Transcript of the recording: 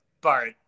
Bart